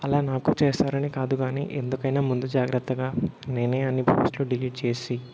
అలా నాకు చేస్తారని కాదు గాని ఎందుకైనా ముందు జాగ్రత్తగా నేనే అన్ని పోస్ట్లు డిలీట్ చేసి